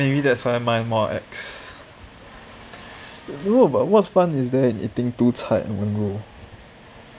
maybe that's why mine more ex don't know but what fun is there in eating two 菜